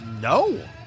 no